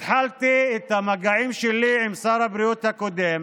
התחלתי את המגעים שלי עם שר הבריאות הקודם,